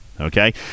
Okay